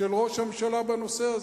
של ראש הממשלה בנושא הזה?